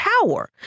power